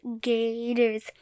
Gators